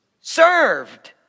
Served